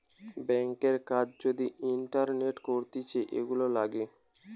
ব্যাংকের কাজ যদি ইন্টারনেটে করতিছে, এগুলা লাগে